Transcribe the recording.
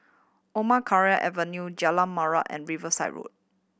Omar Khayyam Avenue Jalan Murai and Riverside Road